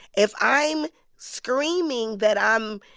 if i'm screaming that i'm,